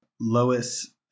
Lois